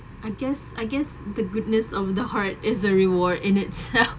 I guess I guess the goodness of the heart is a reward in itself